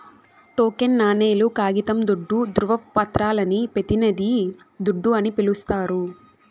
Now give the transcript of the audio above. token నాణేలు, కాగితం దుడ్డు, దృవపత్రాలని పెతినిది దుడ్డు అని పిలిస్తారు